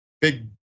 big